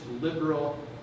liberal